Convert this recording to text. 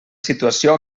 situació